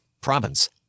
province